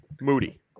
moody